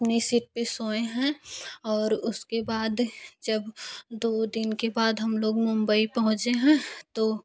अपने सीट पे सोए हैं और उसके बाद जब दो दिन के बाद हम लोग मुम्बई पहुँचे हैं तो